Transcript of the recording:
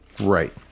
right